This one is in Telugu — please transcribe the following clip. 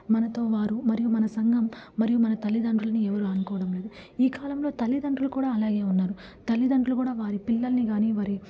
మనతో వారు మరియు మన సంఘం మరియు మన తల్లిదండ్రులని ఎవరు అనుకోవడం లేదు ఈ కాలంలో తల్లిదండ్రులు కూడా అలాగే ఉన్నారు తల్లిదండ్రులు కూడా వారి పిల్లల్ని కాని వారి